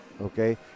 okay